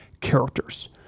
characters